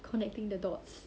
connecting the dots